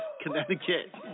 Connecticut